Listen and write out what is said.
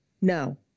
no